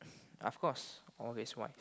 of course always wise